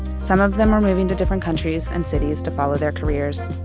some of them were moving to different countries and cities to follow their careers.